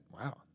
Wow